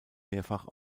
mehrfach